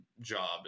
job